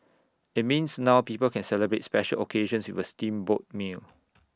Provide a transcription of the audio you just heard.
IT means now people can celebrate special occasions with A steamboat meal